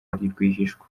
rwihishwa